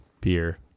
beer